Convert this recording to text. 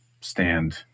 stand